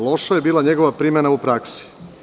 Loša je bila njegova primena u praksi.